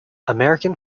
american